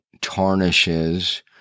tarnishes